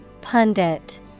Pundit